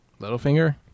Littlefinger